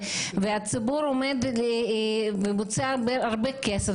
והציבור מוציא הרבה כסף.